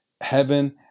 heaven